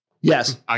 Yes